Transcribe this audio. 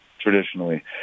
traditionally